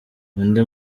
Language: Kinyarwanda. undi